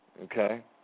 Okay